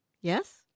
Yes